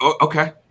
Okay